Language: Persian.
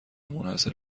منحصر